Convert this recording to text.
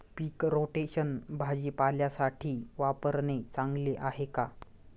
पीक rotation भाजीपाल्यासाठी वापरणे चांगले आहे का?